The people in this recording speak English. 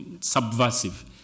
subversive